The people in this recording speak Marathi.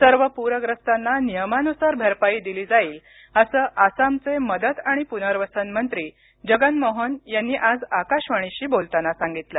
सर्व पूरग्रस्तांना नियमानुसार भरपाई दिली जाईल असं आसामचे मदत आणि पुनर्वसन मंत्री जगन मोहन यांनी आज आकाशवाणीशी बोलताना सांगितलं